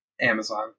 Amazon